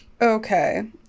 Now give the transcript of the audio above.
Okay